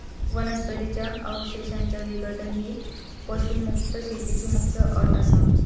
वनस्पतीं च्या अवशेषांचा विघटन ही पशुमुक्त शेतीत मुख्य अट असा